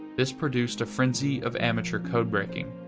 this produced a frenzy of amateur codebreaking,